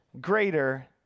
greater